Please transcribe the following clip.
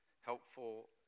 helpful